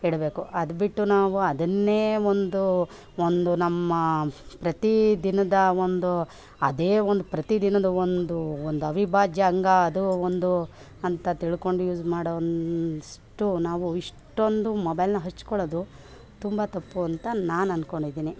ಇಡಬೇಕು ಅದು ಬಿಟ್ಟು ನಾವು ಅದನ್ನೇ ಒಂದು ಒಂದು ನಮ್ಮ ಪ್ರತಿದಿನದ ಒಂದು ಅದೇ ಒಂದು ಪ್ರತಿದಿನದ ಒಂದು ಒಂದು ಅವಿಭಾಜ್ಯ ಅಂಗ ಅದು ಒಂದು ಅಂತ ತಿಳ್ಕೊಂಡು ಯೂಸ್ ಮಾಡುವಷ್ಟು ನಾವು ಇಷ್ಟೊಂದು ಮೊಬೈಲ್ನ ಹಚ್ಕೊಳ್ಳೋದು ತುಂಬ ತಪ್ಪು ಅಂತ ನಾನು ಅಂದ್ಕೊಂಡಿದ್ದೀನಿ